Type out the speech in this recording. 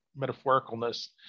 metaphoricalness